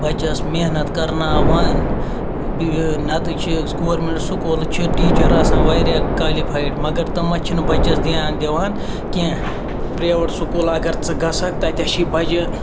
بَچَس محنت کَرناوان نتہٕ چھِس گورمٮ۪نٛٹ سکوٗلہٕ چھِ ٹیٖچَر آسان واریاہ کالِفایِڈ مگر تِم چھِنہٕ بَچَس دیان دِوان کینٛہہ پرٛیویٹ سکوٗل اگر ژٕ گژھکھ تَتَس چھِ بَجہِ